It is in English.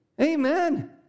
Amen